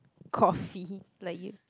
coffee like y~